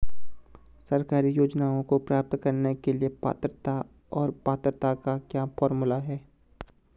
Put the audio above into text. सरकारी योजनाओं को प्राप्त करने के लिए पात्रता और पात्रता का क्या फार्मूला है?